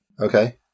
Okay